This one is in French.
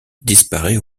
disparaît